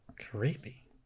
Creepy